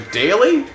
daily